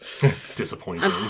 Disappointing